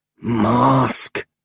Mask